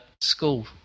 school